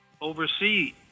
oversee